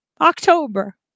October